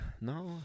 No